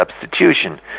substitution